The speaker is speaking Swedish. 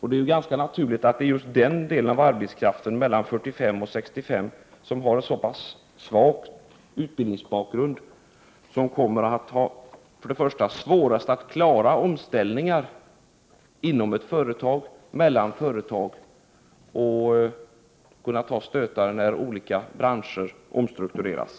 Det är ganska naturligt att det är just den del av arbetskraften som har en så pass svag utbildningsbakgrund som kommer att ha svårast att klara omställningar inom ett företag och mellan företag och att kunna ta stötar när olika branscher omstruktureras.